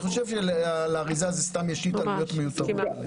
אני חושב שלגבי האריזה, אלה סתם עלויות מיותרות.